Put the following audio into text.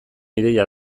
ideia